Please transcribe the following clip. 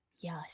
Yes